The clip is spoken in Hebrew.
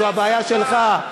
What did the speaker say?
זו בעיה שלך.